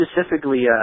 specifically